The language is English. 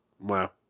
Wow